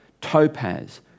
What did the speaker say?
topaz